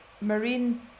marine